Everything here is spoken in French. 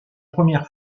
première